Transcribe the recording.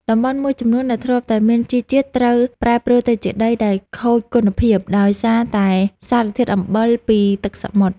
តំបន់មួយចំនួនដែលធ្លាប់តែមានជីជាតិត្រូវប្រែប្រួលទៅជាដីដែលខូចគុណភាពដោយសារតែសារធាតុអំបិលពីទឹកសមុទ្រ។